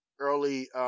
early